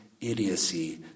idiocy